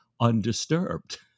undisturbed